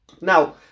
now